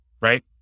right